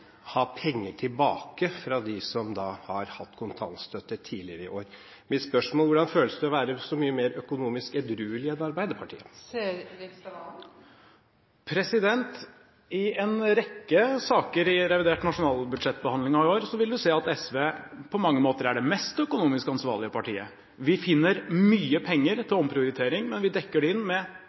ha penger tilbake fra dem som har hatt kontantstøtte tidligere i år. Mitt spørsmål er: Hvordan føles det å være så mye mer økonomisk edruelig enn Arbeiderpartiet? I en rekke saker i behandlingen av revidert nasjonalbudsjett i år vil vi se at SV på mange måter er det mest økonomisk ansvarlige partiet. Vi finner mye penger til omprioritering, men vi dekker det inn med